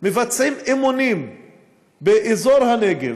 מבצעים אימונים באזור הנגב,